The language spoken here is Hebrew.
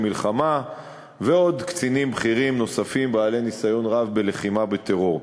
מלחמה ועוד קצינים בכירים נוספים בעלי ניסיון רב בלחימה בטרור.